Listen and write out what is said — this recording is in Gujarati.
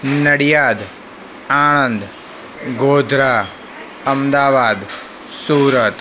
નડિયાદ આણંદ ગોધરા અમદાવાદ સુરત